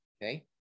Okay